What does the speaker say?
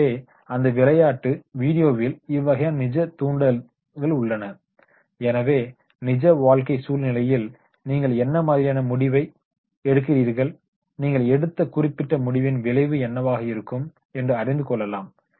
எனவே அந்த விளையாட்டு விடிேயாேவில் இவ்வகையான நிஜ தூண்டுதல்கள் உள்ளன எனவே நிஜ வாழ்க்கை சூழ்நிலையில் நீங்கள் என்ன மாதிரியான முடிவை எடுக்கிறீர்கள் நீங்கள் எடுத்த குறிப்பிட்ட முடிவின் விளைவு என்னவாக இருக்கும் என்று அறிந்து கொள்ளலாம்